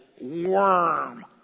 worm